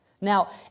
Now